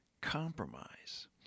compromise